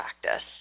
practice